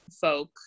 folk